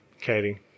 Katie